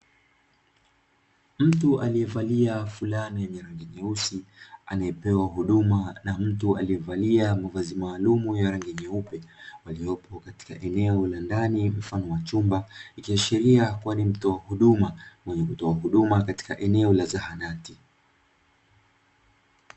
Mtu alievalia fulana yenye rangi nyeusi, anaepewa huduma na mtu alievalia mavazi maalumu ya rangi nyeupe waliopo katika eneo la ndani mfano wa chumba; ikiashiria kuwa ni mtoa huduma mwenye kutoa huduma katika eneo la zahanati.